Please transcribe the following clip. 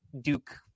Duke